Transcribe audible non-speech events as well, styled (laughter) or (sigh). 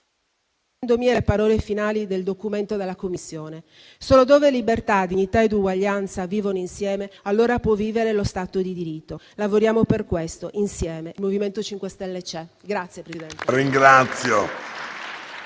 le parole finali del documento della Commissione: «Solo dove libertà, dignità e uguaglianza vivono insieme, allora può vivere lo Stato di diritto». Lavoriamo per questo, insieme; il MoVimento 5 Stelle c'è. (applause)